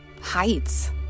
heights